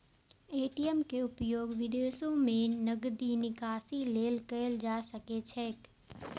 ATM के उपयोग विदेशो मे नकदी निकासी लेल कैल जा सकैत छैक